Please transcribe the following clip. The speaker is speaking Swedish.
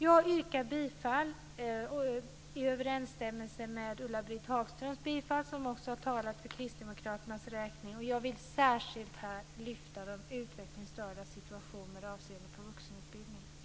Jag yrkar bifall i överensstämmelse med Ulla Britt Hagströms bifallsyrkande. Hon har också talat för Kristdemokraternas räkning. Jag vill särskilt lyfta fram de utvecklingsstördas situation med avseende på vuxenutbildningen.